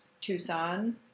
Tucson